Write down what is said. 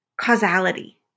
causality